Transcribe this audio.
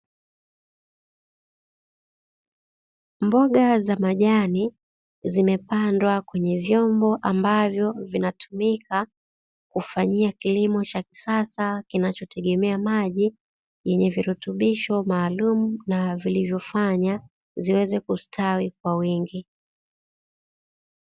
Mboga za majani zimepandwa kwenye vyombo ambavyo vinatumika kufanyia kilimo cha kisasa kinachotegemea maji yenye virutubisho maalumu na vilivyofanya viweze kustawi kwa wingi.